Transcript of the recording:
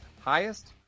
highest